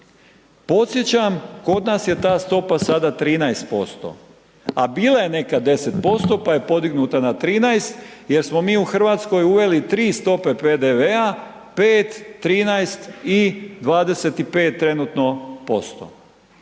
Podsjećam kod nas je ta stopa sada 13%, a bila je nekad 10%, pa je podignuta na 13% jer smo mi u Hrvatskoj uveli tri stope PDV-a, 5, 13 i 25 trenutno posto,